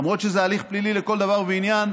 למרות שזה הליך פלילי לכל דבר ועניין,